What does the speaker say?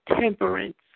temperance